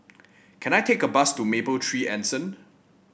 can I take a bus to Mapletree Anson